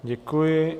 Děkuji.